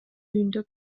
үйүндө